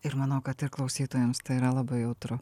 ir manau kad ir klausytojams tai yra labai jautru